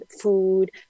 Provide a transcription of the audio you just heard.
food